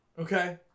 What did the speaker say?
okay